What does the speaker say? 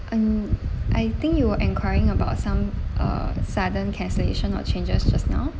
um I think you were enquiring about some uh sudden cancellation or changes just now